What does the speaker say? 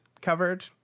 covered